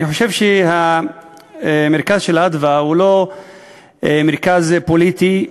אני חושב ש"מרכז אדוה" הוא לא מרכז פוליטי,